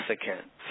significant